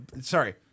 Sorry